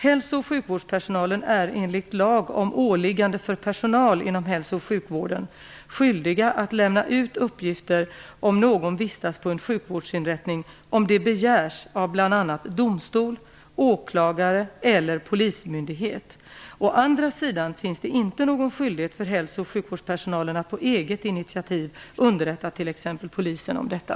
Hälsooch sjukvårdspersonalen är enligt lag om åliggande för personal inom hälso och sjukvården skyldiga att lämna ut uppgifter om någon vistas på en sjukvårdsinrättning om det begärs av bl.a. domstol, åklagar eller polismyndighet. Å andra sidan finns det inte någon skyldighet för hälso och sjukvårdspersonalen att på eget initiativ underrätta t.ex. polisen om detta.